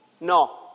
No